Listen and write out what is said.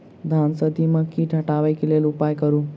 धान सँ दीमक कीट हटाबै लेल केँ उपाय करु?